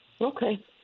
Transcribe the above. Okay